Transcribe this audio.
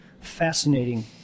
Fascinating